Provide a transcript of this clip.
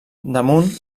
damunt